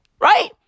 Right